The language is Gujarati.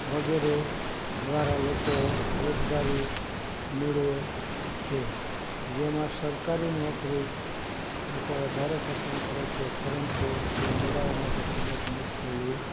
વગેરે દ્વારા લોકો રોજગારી મેળવે છે જેમાં સરકારી નોકરી લોકો વધારે પસંદ કરે છે પરંતુ તે મેળવવા માટે ખૂબ જ મુશ્કેલી